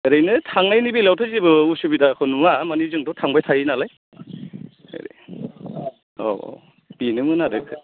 ओरैनो थांनायनि बेलायावथ' जेबो असुबिदाखौ नुवा माने जोंथ' थांबाय थायो नालाय औ औ बेनोमोन आरो